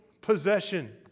possession